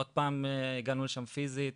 עוד פעם הגענו לשם פיזית,